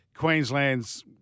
Queensland's